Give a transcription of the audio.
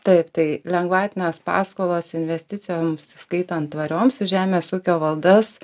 taip tai lengvatinės paskolos investicijoms įskaitant tvarioms į žemės ūkio valdas